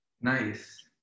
Nice